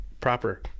Proper